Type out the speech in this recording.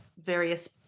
various